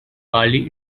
bali